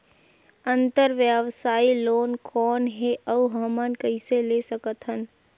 अंतरव्यवसायी लोन कौन हे? अउ हमन कइसे ले सकथन?